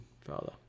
father